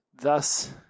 thus